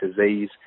disease